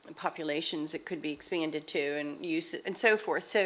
and populations it could be expanded to and use it and so forth. so